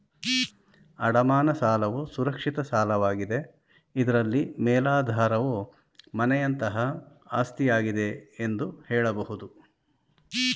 ಅಡಮಾನ ಸಾಲವು ಸುರಕ್ಷಿತ ಸಾಲವಾಗಿದೆ ಇದ್ರಲ್ಲಿ ಮೇಲಾಧಾರವು ಮನೆಯಂತಹ ಆಸ್ತಿಯಾಗಿದೆ ಎಂದು ಹೇಳಬಹುದು